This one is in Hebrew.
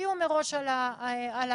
תודיעו מראש על ההפרות,